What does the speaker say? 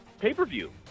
pay-per-view